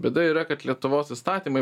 bėda yra kad lietuvos įstatymai